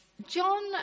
John